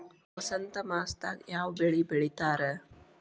ವಸಂತ ಮಾಸದಾಗ್ ಯಾವ ಬೆಳಿ ಬೆಳಿತಾರ?